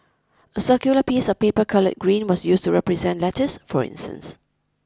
a circular piece of paper coloured green was used to represent lettuce for instance